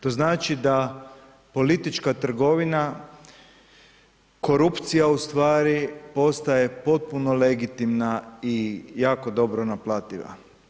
To znači da politička trgovina, korupcija, ustvari, postaje potpuno legitimna i jako dobro naplativa.